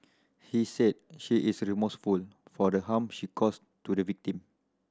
he said she is remorseful for the harm she caused to the victim